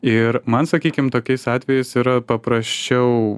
ir man sakykim tokiais atvejais yra paprasčiau